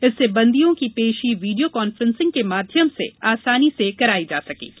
इससे बंदियों की पेशी वीडियो कान्फ्रेंसिंग के माध्यम से आसानी से कराई जा सकेगी